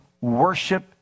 worship